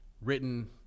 written